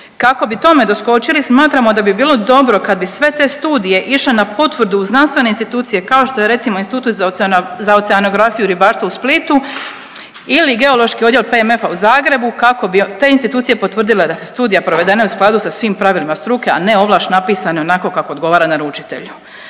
Kako bi tome doskočili, smatramo da bi bilo dobro kad bi sve te studije išle na potvrdu u znanstvene institucije, kao što je recimo, Institut za oceanografiju i ribarstvo u Splitu ili Geološki odjel PMF-a u Zagrebu kako bi te institucije potvrdile da se studija provedene u skladu sa svim pravilima struke, a ne ovlaš napisane onako kako odgovara naručitelju.